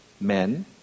Men